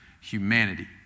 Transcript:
humanity